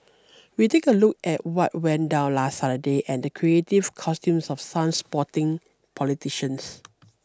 we take a look at what went down last Saturday and the creative costumes of some sporting politicians